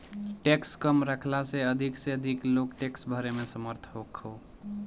tax कम रखला से अधिक से अधिक लोग टैक्स भरे में समर्थ होखो